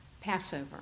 Passover